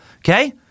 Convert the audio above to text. okay